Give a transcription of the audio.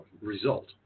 result